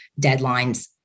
deadlines